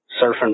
Surfing